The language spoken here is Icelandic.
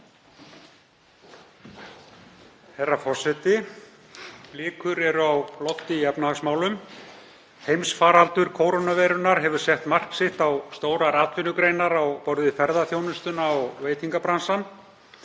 Herra forseti. Blikur eru á lofti í efnahagsmálum. Heimsfaraldur kórónuveirunnar hefur sett mark sitt á stórar atvinnugreinar á borð við ferðaþjónustuna og veitingabransann.